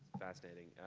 fascinating.